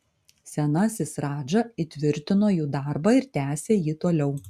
senasis radža įtvirtino jų darbą ir tęsė jį toliau